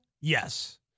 Yes